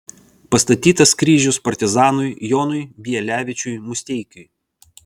pastatytas kryžius partizanui jonui bielevičiui musteikiui